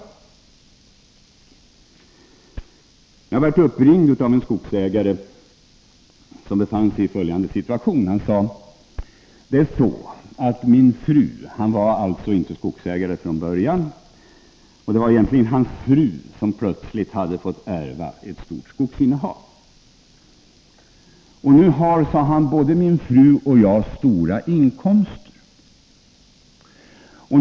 Jag kan här nämna att jag blivit uppringd av en skogsägare som befann sig i följande situation. Han var inte skogsägare från början, och det var egentligen hans fru som plötsligt hade fått ärva ett stort skogsinnehav. Nu har, sade han, både min fru och jag stora inkomster.